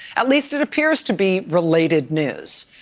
at least it appears to be related news.